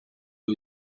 ohi